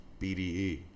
BDE